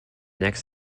next